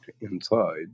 inside